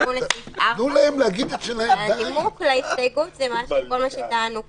לתיקון לסעיף 4. הנימוק להסתייגות זה כל מה שטענו קודם,